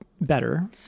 better